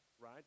right